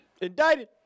Indicted